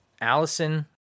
Allison